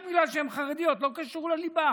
רק בגלל שהן חרדיות, לא קשור לליבה,